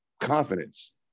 confidence